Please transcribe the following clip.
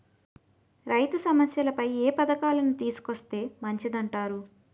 రైతు సమస్యలపై ఏ పథకాలను తీసుకొస్తే మంచిదంటారు?